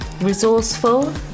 resourceful